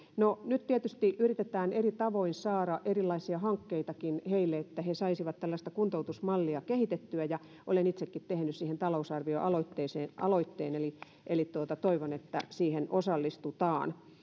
no nyt tietysti yritetään eri tavoin saada erilaisia hankkeitakin heille että he saisivat tällaista kuntoutusmallia kehitettyä ja olen itsekin tehnyt siihen talousarvioaloitteeseen aloitteen toivon että siihen osallistutaan